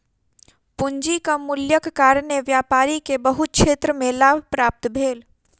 पूंजीक मूल्यक कारणेँ व्यापारी के बहुत क्षेत्र में लाभ प्राप्त भेल